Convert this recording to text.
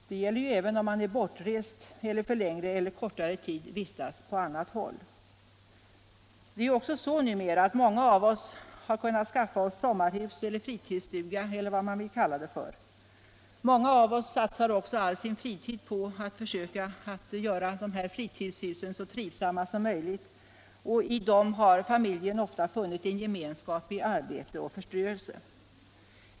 Detta gäller ju även om man är bortrest och över huvud taget om man för längre eller kortare tid vistas på annat håll. Det är också så 183 numera att många av oss har kunnat skaffa sig sommarhus eller fritidsstuga eller vad man vill kalla det. Många av oss satsar också all fritid på att försöka göra de här fritidshusen så trivsamma som möjligt. och i dem har familjen ofta funnit en gemenskap i arbete och förströelse.